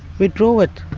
withdraw it.